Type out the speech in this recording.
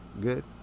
good